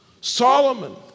Solomon